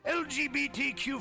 lgbtq